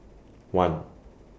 one